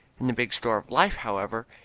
in the big store of life, however,